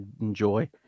enjoy